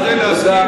תודה.